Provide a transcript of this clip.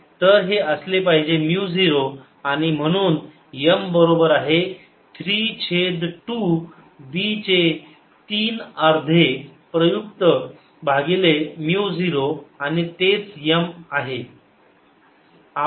तर हे असले पाहिजे म्यु 0 आणि म्हणून M बरोबर आहे 3 छेद 2 B चे तीन अर्धे प्रयुक्त भागिले म्यु 0 आणि तेच M आहे